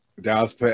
Dallas